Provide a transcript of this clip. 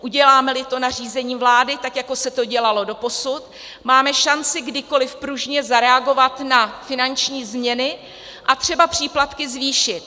Udělámeli to nařízením vlády, tak jako se to dělalo doposud, máme šanci kdykoli pružně zareagovat na finanční změny a třeba příplatky zvýšit.